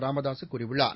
ராமதாசு கூறியுள்ளார்